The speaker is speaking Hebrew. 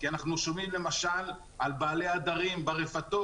כי אנחנו שומעים למשל על בעלי הדרים ברפתות,